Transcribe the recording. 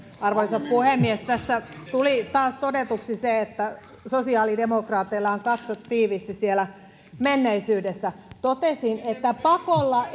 arvoisa puhemies tässä tuli taas todetuksi se että sosiaalidemokraateilla on katse tiiviisti siellä menneisyydessä totesin että pakolla